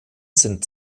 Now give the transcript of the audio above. sind